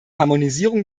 harmonisierung